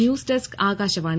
news desk Akashvani